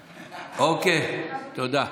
אוקיי, תודה.